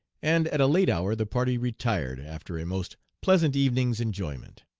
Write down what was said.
and at a late hour the party retired, after a most pleasant evening's enjoyment.